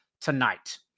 tonight